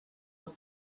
del